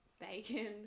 bacon